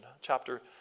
chapter